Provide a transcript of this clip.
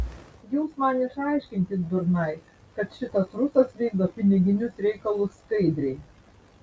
jūs man išaiškinkit durnai kad šitas rusas vykdo piniginius reikalus skaidriai